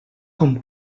com